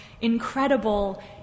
incredible